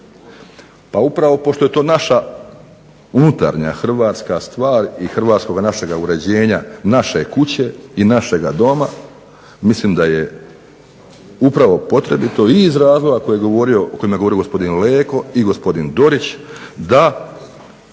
Pa upravo pošto je to naša unutarnja hrvatska stvar i hrvatskoga našega uređenja, naše kuće i našega Doma mislim da je upravo potrebito i iz razloga o kojem je govorio kolega Leko i gospodin Dorić da